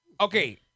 Okay